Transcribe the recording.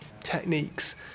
techniques